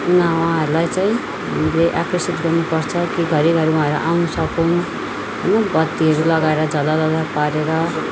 उहाँहरूलाई चाहिँ हामीले आकर्षित गर्नुपर्छ कि घरी घरी उहाँहरू आउन सकुन् होइन बत्तीहरू लगाएर झलल पारेर